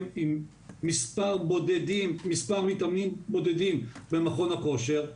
עם מספר מתאמנים בודדים במכון הכושר,